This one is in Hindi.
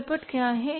तलपट क्या है